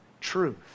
truth